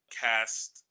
cast